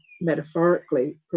metaphorically